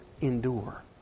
endure